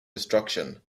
destruction